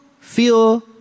feel